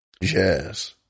Yes